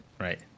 right